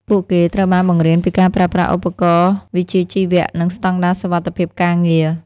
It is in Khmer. ពួកគេត្រូវបានបង្រៀនពីការប្រើប្រាស់ឧបករណ៍វិជ្ជាជីវៈនិងស្តង់ដារសុវត្ថិភាពការងារ។